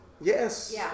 Yes